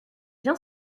bien